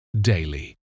daily